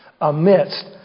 amidst